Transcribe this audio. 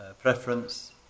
preference